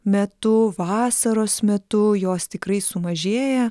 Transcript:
metu vasaros metu jos tikrai sumažėja